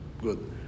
Good